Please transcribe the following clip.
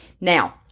now